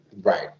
Right